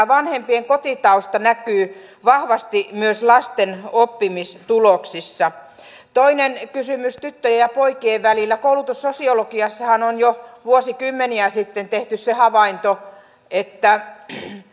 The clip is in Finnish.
vanhempien kotitausta näkyy vahvasti myös lasten oppimistuloksissa toinen kysymys tyttöjen ja poikien välillä koulutussosiologiassahan on jo vuosikymmeniä sitten tehty se havainto että